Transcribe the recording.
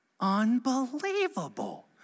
unbelievable